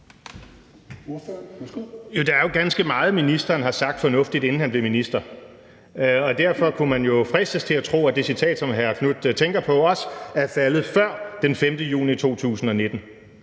Der er jo ganske meget, som ministeren fornuftigt har sagt, inden han blev minister, og derfor kunne man jo fristes til at tro, at det citat, som hr. Marcus Knuth tænker på, også er faldet før den 5. juni 2019.